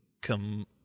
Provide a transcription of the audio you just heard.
come